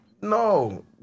No